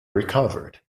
recovered